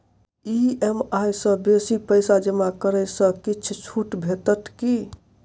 EMI सँ बेसी पैसा जमा करै सँ किछ छुट भेटत की?